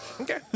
okay